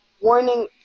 warning